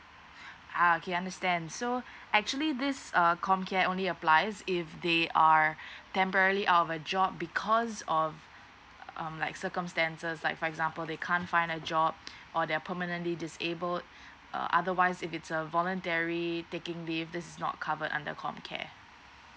ah okay understand so actually this err com care only applies if they are temporary out of a job because of um like circumstances like for example they can't find a job or their permanently disabled uh otherwise if it's a voluntary taking leave this is not covered under com care